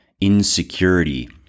insecurity